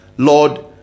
Lord